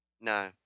No